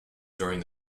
during